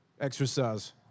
exercise